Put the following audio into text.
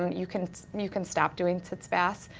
you can you can stop doing sitz baths,